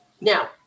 Now